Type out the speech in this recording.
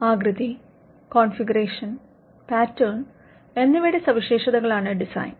ആകൃതി configuration pattern എന്നിവയുടെ സവിശേഷതകൾ ആണ് ഡിസൈൻ